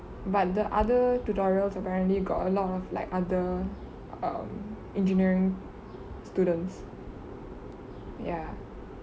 but the other tutorials apparently got a lot of like other um engineering students ya